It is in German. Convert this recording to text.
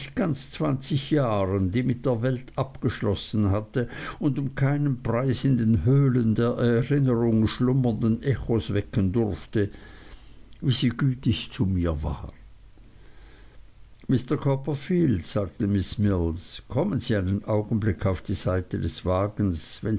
ganz zwanzig jahren die mit der welt abgeschlossen hatte und um keinen preis die in den höhlen der erinnerung schlummernden echos wecken durfte wie sie gütig zu mir war mr copperfield sagte miß mills kommen sie einen augenblick auf diese seite des wagens